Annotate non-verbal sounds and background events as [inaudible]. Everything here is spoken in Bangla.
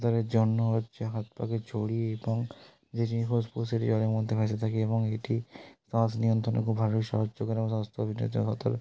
[unintelligible] জন্য হচ্ছে হাত পাকে জড়িয়ে এবং যে [unintelligible] ভেসে থাকি এবং এটি শ্বাস নিয়ন্ত্রণে খুব ভালোই সাহায্য করে এবং [unintelligible]